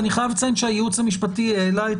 ואני חייב לציין שהייעוץ המשפטי העלה את